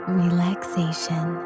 relaxation